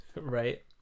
Right